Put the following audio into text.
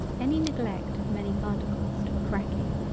any neglect of many particles to a cracking,